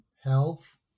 health